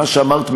כמו שאמרת,